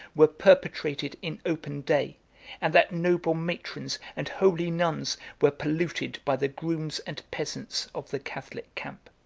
were perpetrated in open day and that noble matrons and holy nuns were polluted by the grooms and peasants of the catholic camp.